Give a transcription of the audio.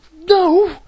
no